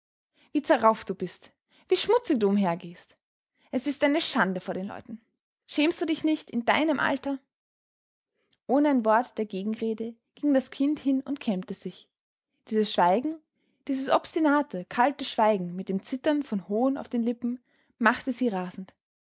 wie zerrauft du bist wie schmutzig du umhergehst es ist eine schande vor den leuten schämst du dich nicht in deinem alter ohne ein wort der gegenrede ging das kind hin und kämmte sich dieses schweigen dieses obstinate kalte schweigen mit dem zittern von hohn auf den lippen machte sie rasend